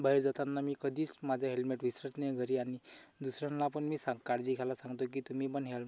बाहेर जाताना मी कधीच माझं हेल्मेट विसरत ना घरी आणि दुसऱ्यांना पण मी सा काळजी घ्यायला सांगतो की तुम्ही पण ह्यॅल